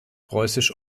preußisch